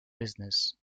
business